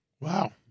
Wow